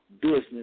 business